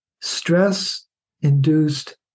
Stress-induced